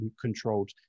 controlled